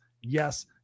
yes